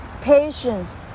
patience